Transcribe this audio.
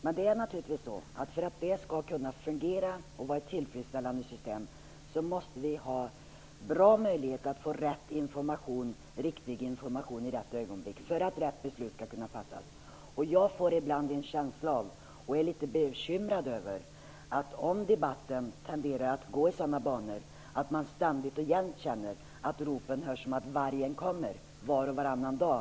För att det skall kunna fungera och för att vi skall kunna ha ett tillfredsställande system måste vi ha goda möjligheter att få riktig information i rätt ögonblick för att rätt beslut skall kunna fattas. Jag får ibland en känsla av - och jag är litet bekymrad över - att debatten tenderar att gå i sådana banor att man ständigt känner att ropen hörs som att vargen kommer var och varannan dag.